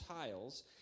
tiles